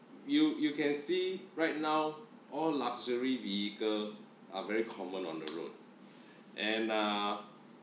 you you can see right now all luxury vehicle are very common on the road and uh